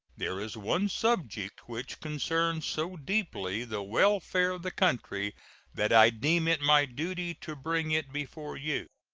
there is one subject which concerns so deeply the welfare of the country that i deem it my duty to bring it before you.